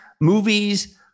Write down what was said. movies